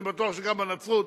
אני בטוח שגם בנצרות,